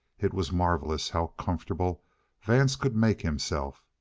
it was marvelous how comfortable vance could make himself.